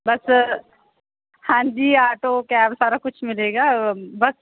ਬਸ ਹਾਂਜੀ auto cab ਸਾਰਾ ਕੁਛ ਮਿਲੇਗਾ ਬਸ